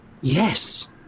Yes